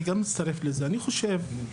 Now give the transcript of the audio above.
אני חושב,